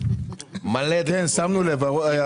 כן, שמנו לב.